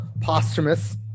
posthumous